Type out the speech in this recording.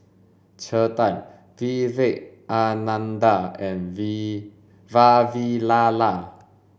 Chetan Vivekananda and We Vavilala